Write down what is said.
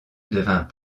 devint